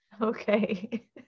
Okay